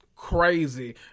crazy